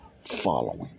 following